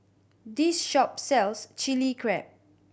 this shop sells Chilli Crab